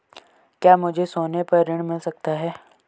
क्या मुझे सोने पर ऋण मिल सकता है?